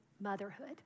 motherhood